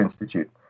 Institute